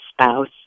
spouse